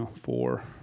four